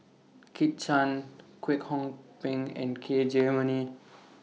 Kit Chan Kwek Hong Png and K Jayamani